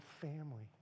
family